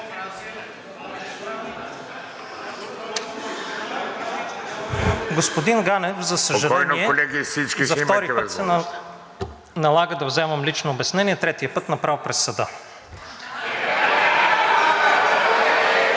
Господин Ганев, за съжаление, за втори път се налага да вземам лично обяснение – третия път направо през съда. (Смях, шум